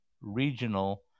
regional